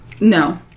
No